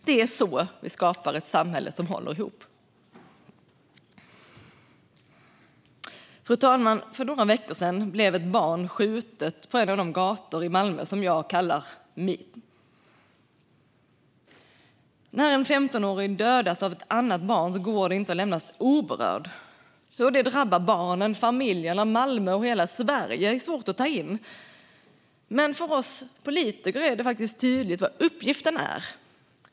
Det är så vi skapar ett samhälle som håller ihop. Fru talman! För några veckor sedan blev ett barn skjutet på en av de gator i Malmö som jag kallar mina. När en 15-åring dödas av ett annat barn kan man inte lämnas oberörd. Hur det drabbar barnen, familjen, Malmö och hela Sverige är svårt att ta in, men för oss politiker är det tydligt vad uppgiften är.